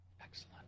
Excellent